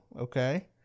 okay